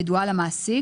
ידועה למעסיק,